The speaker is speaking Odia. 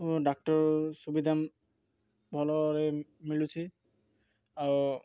ଓ ଡାକ୍ଟର ସୁବିଧା ଭଲରେ ମିଳୁଛି ଆଉ